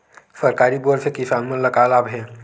सरकारी बोर से किसान मन ला का लाभ हे?